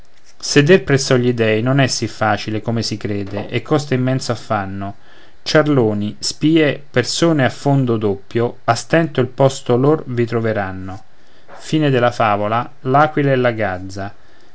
seder presso gli dèi non è sì facile come si crede e costa immenso affanno ciarloni spie persone a fondo doppio a stento il posto lor vi troveranno a